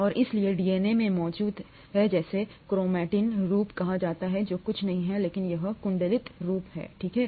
और इसलिए डीएनए में मौजूद है जिसे क्रोमैटिन रूप कहा जाता है जो कुछ नहीं है लेकिन यह कुंडलित रूप है ठीक है